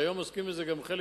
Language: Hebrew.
שהיום עוסקים בזה גם השוטרים,